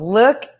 look